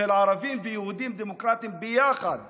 של ערבים ויהודים דמוקרטים ביחד